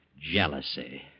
jealousy